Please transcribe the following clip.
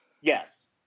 Yes